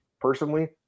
personally